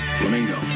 Flamingo